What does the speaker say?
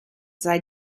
sei